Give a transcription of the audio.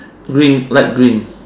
green light green